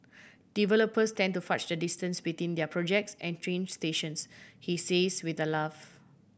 developers tend to fudge the distance between their projects and train stations he says with a laugh